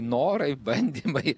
norai bandymai